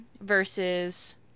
versus